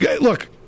look